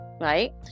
right